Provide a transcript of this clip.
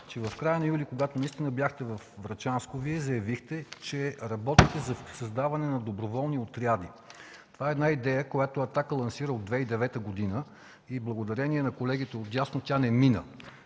че в края на месец юли, когато наистина бяхте във Врачанско, Вие заявихте, че работите за създаване на доброволни отряди. Това е идея, която „Атака“ лансира от 2009 г. и благодарение на колегите отдясно, тя не мина.